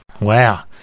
Wow